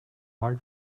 mal